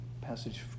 passage